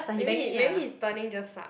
maybe he maybe his turning just suck